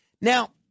Now